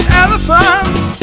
elephants